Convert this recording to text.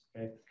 Okay